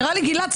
גלעד,